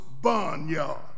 barnyard